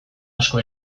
asko